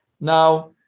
Now